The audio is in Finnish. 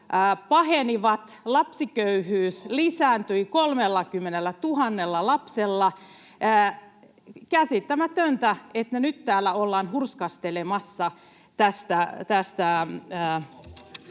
pahenivat, lapsiköyhyys lisääntyi 30 000:lla lapsella — käsittämätöntä, että nyt täällä ollaan hurskastelemassa tästä